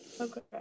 Okay